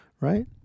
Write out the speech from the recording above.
Right